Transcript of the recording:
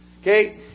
Okay